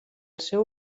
seu